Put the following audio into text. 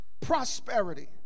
prosperity